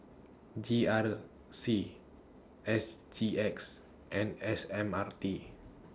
G R C S G X and S M R T